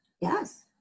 Yes